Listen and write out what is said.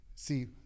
see